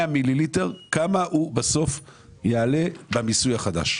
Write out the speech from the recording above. מיליליטר, כמה יעלה בסוף במיסוי החדש?